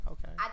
Okay